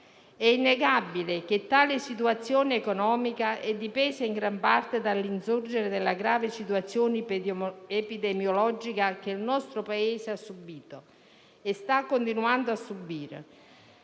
È innegabile che tale situazione sia dipesa in gran parte dell'insorgere della grave epidemia che il nostro Paese ha subito e sta continuando a subire,